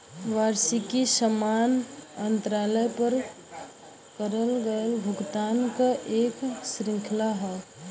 वार्षिकी समान अंतराल पर करल गयल भुगतान क एक श्रृंखला हौ